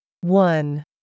one